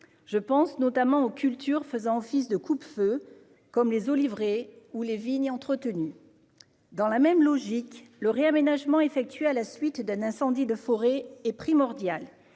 Je pense notamment aux cultures faisant office de coupe-feu, comme les oliveraies ou les vignes entretenues. Suivant cette logique, le réaménagement effectué à la suite d'un incendie de forêt est primordial.